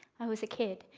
i was a kid,